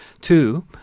Two